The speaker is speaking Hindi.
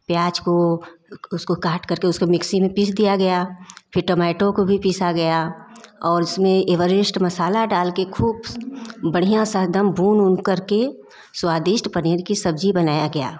प्याज को उसको काट करके उसको मिक्सी में पीस दिया गया फिर टोमेटो को पीसा गया और उसमें एवेरेस्ट मसाला डाल के खूब बढ़िया सा एकदम भून ऊन करके स्वादिष्ट पनीर की सब्जी बनाया गया